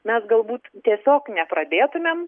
mes galbūt tiesiog nepradėtumėm